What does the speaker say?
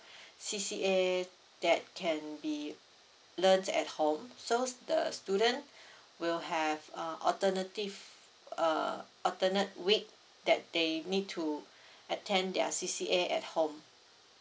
C_C_A that can be learnt at home so the student will have uh alternative uh alternate week that they need to attend their C_C_A at home